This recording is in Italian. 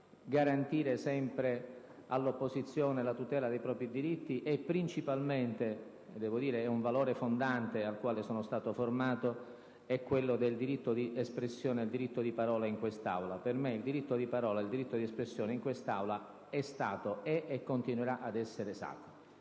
di garantire sempre all'opposizione la tutela dei propri diritti e, principalmente, un valore fondante al quale sono stato formato è quello del diritto di espressione e del diritto di parola in quest'Aula: per me il diritto di espressione e di parola in quest'Aula è stato, è e continuerà ad essere sacro.